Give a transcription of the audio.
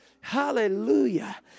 Hallelujah